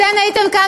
אתן הייתם כאן,